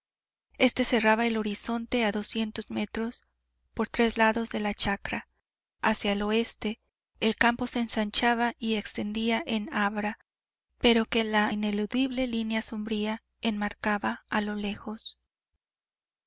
este cerraba el horizonte a doscientros metros por tres lados de la chacra hacia el oeste el campo se ensanchaba y extendía en abra pero que la ineludible línea sombría enmarcaba a lo lejos a